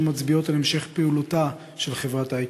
מצביעות על המשך הפעילות של חברת "איקיוטק"